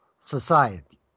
society